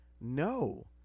no